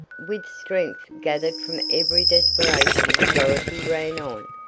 with strength gathered from every desperation dorothy ran on.